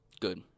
Good